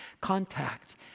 contact